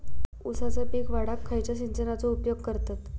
ऊसाचा पीक वाढाक खयच्या सिंचनाचो उपयोग करतत?